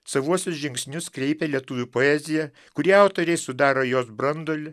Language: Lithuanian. savuosius žingsnius kreipia lietuvių poezija kurie autoriai sudaro jos branduolį